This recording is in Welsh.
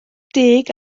deg